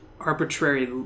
arbitrary